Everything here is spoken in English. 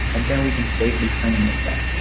and then we can safely terminate that.